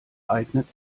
eignet